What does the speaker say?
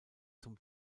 zum